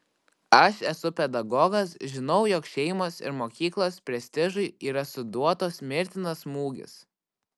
aš esu pedagogas žinau jog šeimos ir mokyklos prestižui yra suduotas mirtinas smūgis